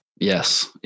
Yes